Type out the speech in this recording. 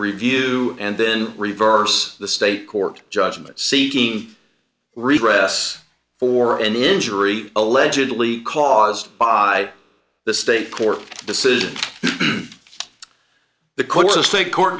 review and then reverse the state court judgment seeking redress for an injury allegedly caused by the state court decision the court system a court